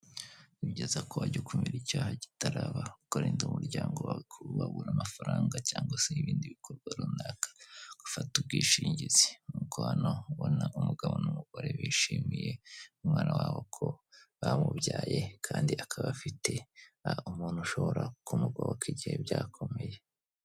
Nibyiza ko wajya ukumira icyaha kitaraba ukarinda umuryango wawe kuba wabura amafaranga cyangwa se ibindi bikorwa runaka, ufata ubwishingizi nkuko hano ubona umugabo n'umugore bishimiye umwana wabo ko bamubyaye kandi akaba afite umuntu ushobora kumugoboka igihe byakomeye.